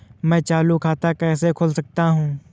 मैं चालू खाता कैसे खोल सकता हूँ?